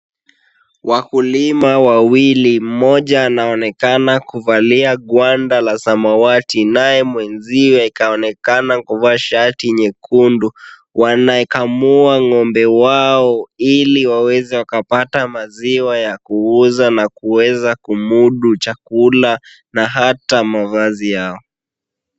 Wakulima wawili, mmoja anaonekana kuvalia gwanda la samawati, naye mwenzie kaonekana kuvaa shati nyekundu. Wanaikamua ng'ombe wao ili waweze wakapata maziwa ya kuuza na kuweza kumudu chakula na hata mavazi yao.